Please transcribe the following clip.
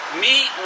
meet